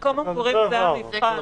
אני חושבת שמקום המגורים זה המבחן.